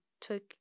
took